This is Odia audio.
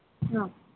ହଁ